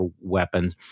weapons